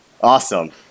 Awesome